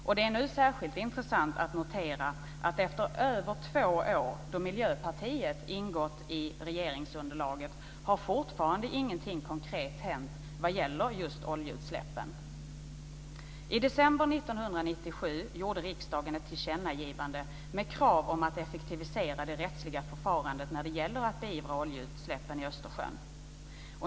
Och det är särskilt intressant att notera att efter över två år då Miljöpartiet ingått i regeringsunderlaget har fortfarande inget konkret hänt vad gäller just oljeutsläppen. I december 1997 gjorde riksdagen ett tillkännagivande med krav på att effektivisera det rättsliga förfarandet när det gäller att beivra oljeutsläpp i Östersjön.